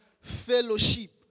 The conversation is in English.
fellowship